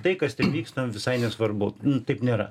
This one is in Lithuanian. tai kas ten vyksta visai nesvarbu taip nėra